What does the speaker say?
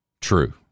True